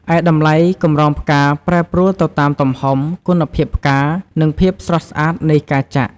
ឯតម្លៃកម្រងផ្កាប្រែប្រួលទៅតាមទំហំ គុណភាពផ្កា និងភាព ស្រស់ស្អាតនៃការចាក់។